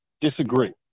Disagree